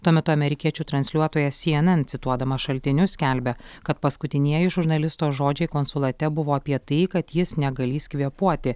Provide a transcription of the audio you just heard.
tuo metu amerikiečių transliuotojas cnn cituodamas šaltinius skelbia kad paskutinieji žurnalisto žodžiai konsulate buvo apie tai kad jis negalįs kvėpuoti